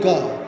God